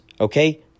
Okay